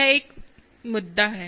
यह एक मुद्दा है